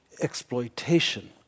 exploitation